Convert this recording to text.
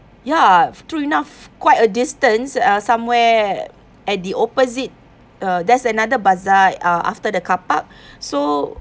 ya true enough quite a distance uh somewhere at the opposite uh there's another bazaar uh after the car park so